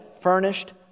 furnished